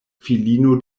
filino